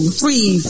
three